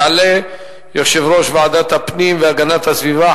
יעלה יושב-ראש ועדת הפנים והגנת הסביבה,